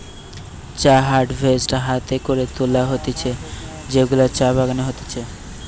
চা হারভেস্ট হাতে করে তুলা হতিছে যেগুলা চা বাগানে হতিছে